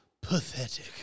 Pathetic